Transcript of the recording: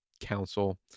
council